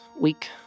week